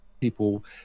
people